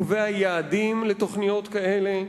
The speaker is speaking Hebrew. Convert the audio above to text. קובע יעדים לתוכניות כאלה,